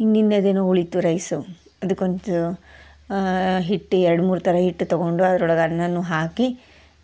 ಹಿಂದಿಂದು ಅದೇನೋ ಉಳೀತು ರೈಸು ಅದಕ್ಕೊಂದು ಹಿಟ್ಟು ಎರಡು ಮೂರು ಥರ ಹಿಟ್ಟು ತೊಗೊಂಡು ಅದ್ರೊಳಗೆ ಅನ್ನನೂ ಹಾಕಿ